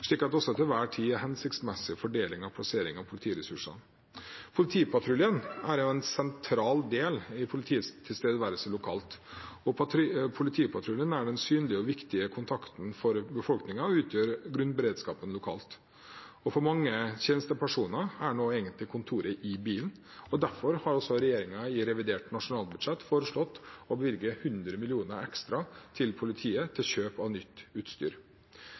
slik at det til enhver tid er en hensiktsmessig fordeling og plassering av politiressursene. Politipatruljen er en sentral del i politiets tilstedeværelse lokalt. Politipatruljen er den synlige og viktige kontakten med befolkningen og utgjør grunnberedskapen lokalt. For mange tjenestepersoner er kontoret nå egentlig i bilen, og derfor har regjeringen i revidert nasjonalbudsjett foreslått å bevilge 100 mill. kr ekstra til politiet til kjøp av nytt utstyr.